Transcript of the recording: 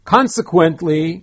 Consequently